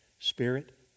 spirit